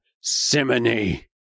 simony